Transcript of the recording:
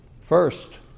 First